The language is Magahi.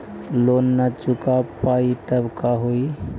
लोन न चुका पाई तब का होई?